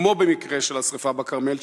כמו במקרה של השרפה בכרמל,